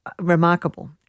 remarkable